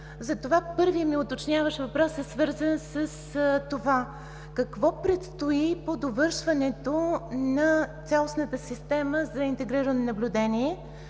Затова първият ми уточняващ въпрос е свързан с това: какво предстои по довършването на цялостната система за интегрирано наблюдение?